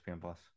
Plus